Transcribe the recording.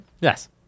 Yes